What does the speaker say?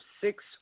six